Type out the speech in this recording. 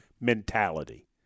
mentality